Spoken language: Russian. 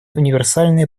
универсальное